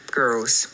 girls